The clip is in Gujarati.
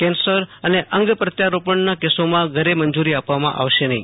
કેન્સર અને અંગ પ્રત્યારોપણના કસોમાં ઘરે મંજરી આપવામાં આવશે નહી